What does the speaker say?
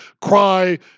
cry